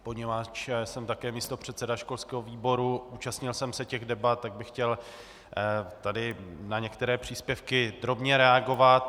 Poněvadž jsem také místopředseda školského výboru, účastnil jsem se těch debat, tak bych tady chtěl na některé příspěvky drobně reagovat.